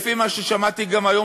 לפי מה ששמעתי גם היום,